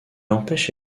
empêche